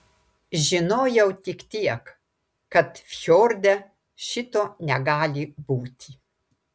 žinojau tik tiek kad fjorde šito negali būti